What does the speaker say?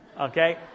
Okay